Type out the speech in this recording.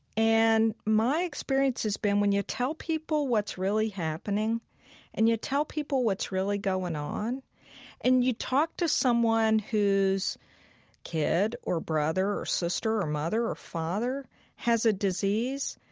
and my experience has been when you tell people what's really happening and you tell people what's really going on and you talk to someone who's kid or brother or sister or mother or father has a disease,